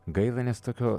gaila nes tokio